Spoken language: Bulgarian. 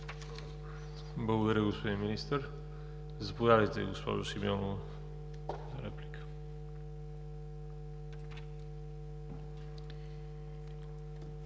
Благодаря, господин Министър. Заповядайте, госпожо Симеонова, за реплика.